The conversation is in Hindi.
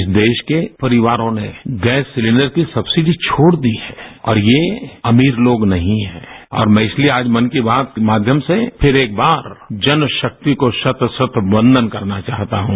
इस देश के परिवारों ने गैस सिलेंडर की सक्सिडी छोड़ दी है और ये अमीर लोग नहीं है और इसलिए मैं आज मन की बात के माध्यम से फिर एक बार जन शक्ति को शत शत वंदन करना चाहता हूं